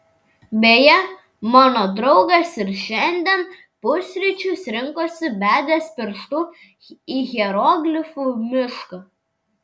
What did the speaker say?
beje mano draugas ir šiandien pusryčius rinkosi bedęs pirštu į hieroglifų mišką